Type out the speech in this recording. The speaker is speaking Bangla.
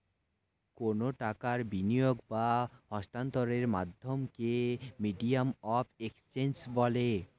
কোনো টাকার বিনিয়োগ বা স্থানান্তরের মাধ্যমকে মিডিয়াম অফ এক্সচেঞ্জ বলে